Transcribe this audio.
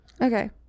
Okay